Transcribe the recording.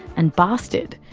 and bastard.